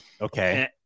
Okay